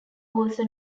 also